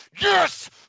Yes